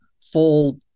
full